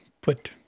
put